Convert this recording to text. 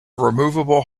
removable